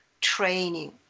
training